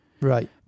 Right